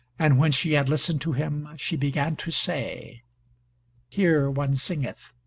and when she had listened to him she began to say here one singeth